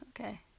okay